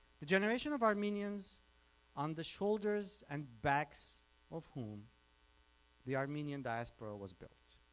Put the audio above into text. the generation of armenians on the shoulders and backs of whom the armenian diaspora was built,